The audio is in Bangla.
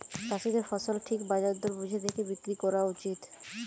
চাষীদের ফসল ঠিক বাজার দর বুঝে দেখে বিক্রি কোরা উচিত